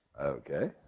okay